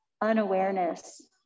unawareness